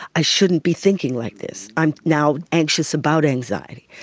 i shouldn't be thinking like this, i'm now anxious about anxiety,